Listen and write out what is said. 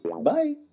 bye